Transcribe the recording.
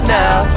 now